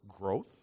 growth